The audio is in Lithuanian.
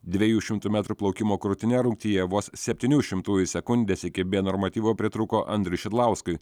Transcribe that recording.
dviejų šimtų metrų plaukimo krūtine rungtyje vos septynių šimtųjų sekundės iki normatyvo pritrūko andriui šidlauskui